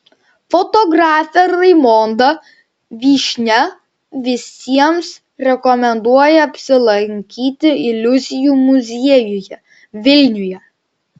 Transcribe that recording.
fotografė raimonda vyšnia visiems rekomenduoja apsilankyti iliuzijų muziejuje vilniuje